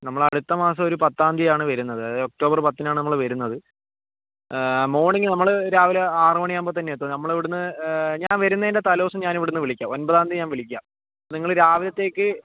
നമ്മൾ അടുത്ത മാസം ഒരു പത്താം തീയതി ആണ് വരുന്നത് അതായത് ഒക്ടോബർ പത്തിന് ആണ് നമ്മൾ വരുന്നത് മോർണിംഗ് നമ്മൾ രാവിലെ ആറ് മണിയാവുമ്പോൾ തന്നെ എത്തും നമ്മൾ ഇവിടുന്ന് ഞാൻ വരുന്നതിൻ്റെ തലേ ദിവസം ഞാൻ ഇവിടുന്ന് വിളിക്കാം ഒൻപതാം തീയതി ഞാൻ വിളിക്കാം നിങ്ങൾ രാവിലത്തേക്ക്